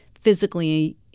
physically